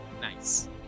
Nice